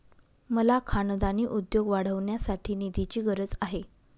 मला खानदानी उद्योग वाढवण्यासाठी निधीची गरज आहे